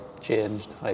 changed